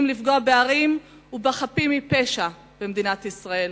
לפגוע בערים ובחפים מפשע במדינת ישראל,